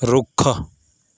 ਰੁੱਖ